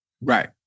Right